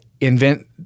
invent